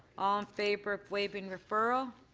all in favor of waiving referral.